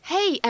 Hey